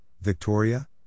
Victoria